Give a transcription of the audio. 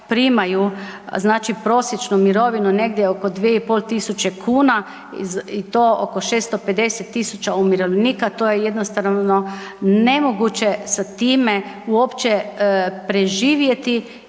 primaju znači prosječnu mirovinu negdje oko 2.500 kuna i to oko 650.000 umirovljenika to je jednostavno nemoguće sa time uopće preživjeti